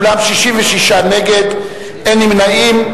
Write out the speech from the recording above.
אולם 66 נגד, אין נמנעים.